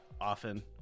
often